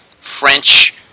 French